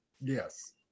yes